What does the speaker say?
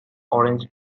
orange